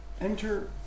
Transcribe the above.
Enter